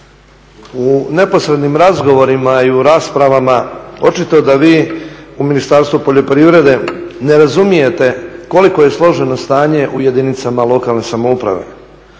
u neposrednim razgovorima i u raspravama, očito je da vi u Ministarstvu poljoprivrede ne razumijete koliko je složeno stanje u jedinicama lokalne samouprave.